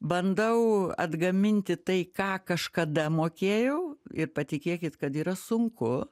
bandau atgaminti tai ką kažkada mokėjau ir patikėkit kad yra sunku